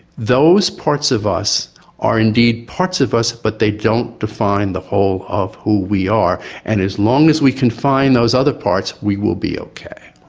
those parts of us are indeed parts of us but they don't define the whole of who we are and as long as we can find those other parts we will be okay.